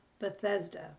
Bethesda